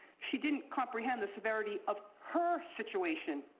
she didn't comprehend the severity of her situation.